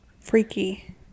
Freaky